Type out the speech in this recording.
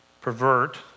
pervert